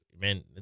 man